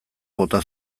bota